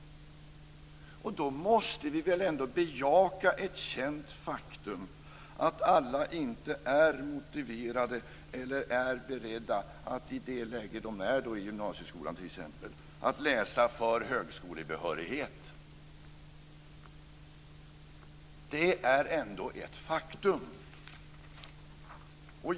Och då måste vi väl ändå bejaka ett känt faktum, att alla inte är motiverade eller beredda att i det läge de är i t.ex. gymnasieskolan läsa för högskolebehörighet. Det är ändå ett faktum.